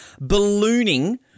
Ballooning